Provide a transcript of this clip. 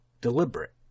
deliberate